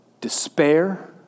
despair